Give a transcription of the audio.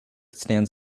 stands